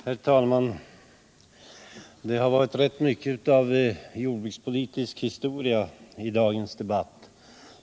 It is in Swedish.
Herr talman! Det har varit rätt mycket av jordbrukspolitisk historia i dagens debatt.